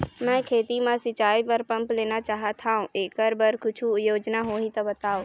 मैं खेती म सिचाई बर पंप लेना चाहत हाव, एकर बर कुछू योजना होही त बताव?